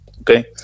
okay